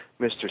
Mr